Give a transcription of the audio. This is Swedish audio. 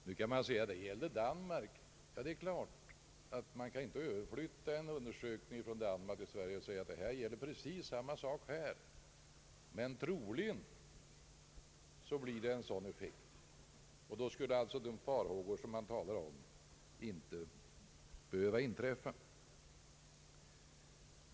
Nu kan någon invända att det där gäller för Dan mark. Ja, det är givet att man inte kan överflytta en undersökning från Danmark till Sverige och säga att exakt samma sak gäller här, men troligtvis blir effekten här densamma. Då skulle alltså de farhågor man hyser inte behöva förverkligas.